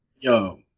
Yo